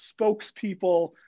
spokespeople